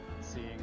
seeing